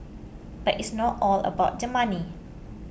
but it's not all about the money